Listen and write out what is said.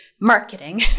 marketing